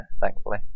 thankfully